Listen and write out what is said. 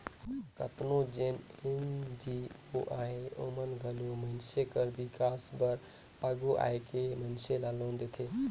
केतनो जेन एन.जी.ओ अहें ओमन घलो मइनसे कर बिकास बर आघु आए के मइनसे ल लोन देथे